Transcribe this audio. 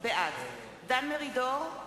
בעד דן מרידור,